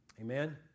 Amen